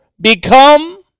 become